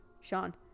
Sean